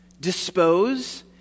dispose